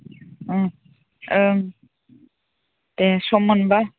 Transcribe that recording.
ओं ओं दे सम मोनोबा